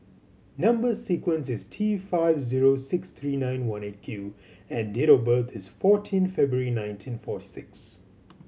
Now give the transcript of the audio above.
number sequence is T five zero six three nine one Eight Q and date of birth is fourteen February nineteen forty six